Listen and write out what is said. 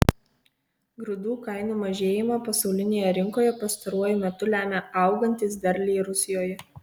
grūdų kainų mažėjimą pasaulinėje rinkoje pastaruoju metu lemia augantys derliai rusijoje